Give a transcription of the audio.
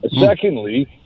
Secondly